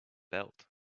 belt